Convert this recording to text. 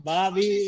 Bobby